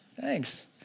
Thanks